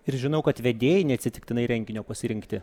ir žinau kad vedėjai neatsitiktinai renginio pasirinkti